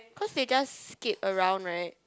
cause they just skate around right